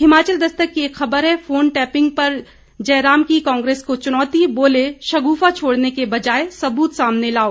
हिमाचल दस्तक की एक खबर है फोन टैपिंग पर जयराम की कांग्रेस को चुनौती बोले शग्रफा छोड़ने के बजाय सबूत सामने लाओ